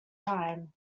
time